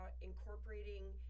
incorporating –